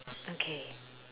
okay